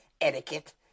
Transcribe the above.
etiquette